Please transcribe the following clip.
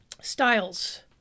Styles